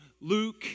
Luke